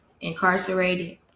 incarcerated